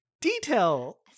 detail